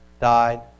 died